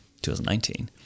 2019